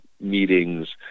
meetings